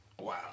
Wow